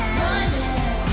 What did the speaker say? running